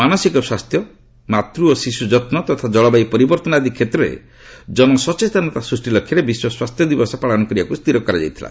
ମାନସିକ ସ୍ୱାସ୍ଥ୍ୟ ମାତୃ ଓ ଶିଶୁ ଯତ୍ନ ଯଥା ଜଳବାୟୁ ପରିବର୍ତ୍ତନ ଆଦି କ୍ଷେତ୍ରରେ ଜନସଚେତନତା ସୃଷ୍ଟି ଲକ୍ଷ୍ୟରେ ବିଶ୍ୱ ସ୍ୱାସ୍ଥ୍ୟଦିବସ ପାଳନ କରିବାକୁ ସ୍ଥିର କରାଯାଇଥିଲା